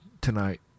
tonight